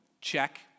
check